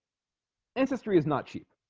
ancestry is not cheap